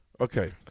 Okay